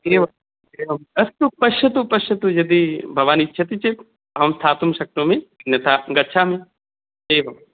एवम् एवम् अस्तु पश्यतु पश्यतु यदि भवान् इच्छति चेत् अहं स्थातुं शक्नोमि अन्यथा गच्छामि एवम्